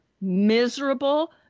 miserable